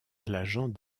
l’agent